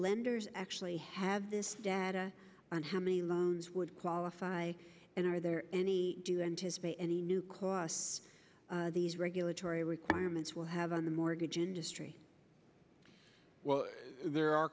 lenders actually have this data on how many would qualify and are there any do you anticipate any new costs these regulatory requirements will have on the mortgage industry well there are